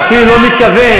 מי נתן לך צו הארכה?